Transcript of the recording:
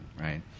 right